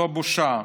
זו בושה.